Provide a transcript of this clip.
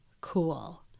cool